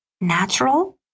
natural